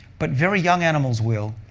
but very young animals will,